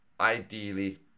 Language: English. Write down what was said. ideally